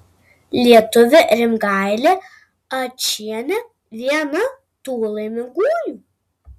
lietuvė rimgailė ačienė viena tų laimingųjų